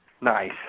Nice